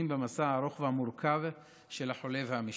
במסע הארוך והמורכב של החולה והמשפחה.